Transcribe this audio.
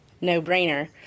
no-brainer